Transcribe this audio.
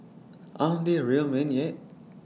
aren't they real men yet